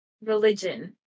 religion